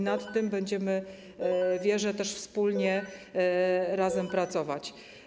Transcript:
Nad tym będziemy, wierzę, też wspólnie, razem pracować.